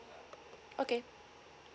okay